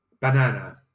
banana